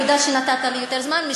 תודה שנתת לי יותר זמן.